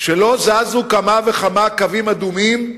שלא זזו כמה וכמה קווים אדומים,